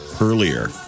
earlier